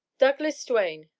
douglas duane.